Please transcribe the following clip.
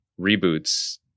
reboots